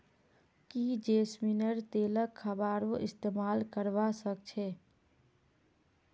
की जैस्मिनेर तेलक खाबारो इस्तमाल करवा सख छ